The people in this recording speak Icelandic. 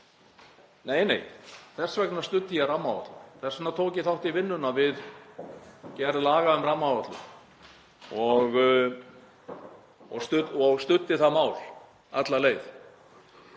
Nei, nei, þess vegna studdi ég rammaáætlun og þess vegna tók ég þátt í vinnunni við gerð laga um rammaáætlun og studdi það mál alla leið.